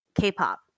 K-pop